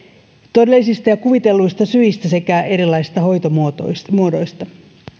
todellisista ja kuvitelluista syistä sekä erilaisista hoitomuodoista lääketieteen